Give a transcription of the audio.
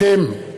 אתם,